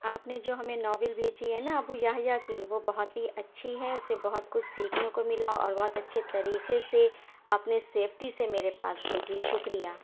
آپ نے جو ہمیں ناول بھیجی ہے نا ابو یحیٰ کی وہ بہت ہی اچھی ہے اس سے بہت کچھ سیکھنے کو ملا اور بہت اچھے طریقے سے آپ نے سیفٹی سے میرے پاس بھیجی شکریہ